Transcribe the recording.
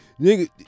nigga